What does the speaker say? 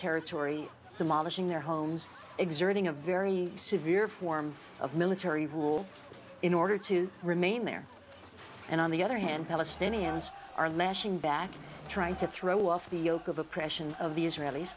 territory demolishing their homes exerting a very severe form of military rule in order to remain there and on the other hand palestinians are lashing back trying to throw off the oak of oppression of the israelis